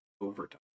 overtime